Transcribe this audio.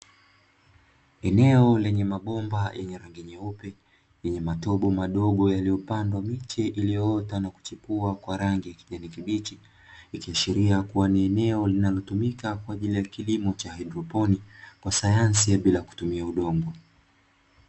Eneo lenye mabomba yenye rangi nyeupe, yenye matobo madogo yaliyopandwa miche iliyoota na kuchipua kwa rangi ya kijani kibichi. Ikiashiria kuwa ni eneo linalotumika kwa ajili ya kilimo cha haidroponi, cha sayansi ya bila kutumia udongo.